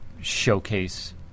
showcase